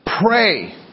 pray